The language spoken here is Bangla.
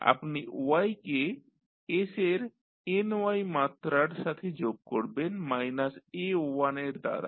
আপনি y কে s এর ny মাত্রার সাথে যোগ করবেন মাইনাস a1 এর দ্বারা